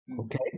Okay